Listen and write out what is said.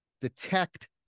detect